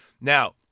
Now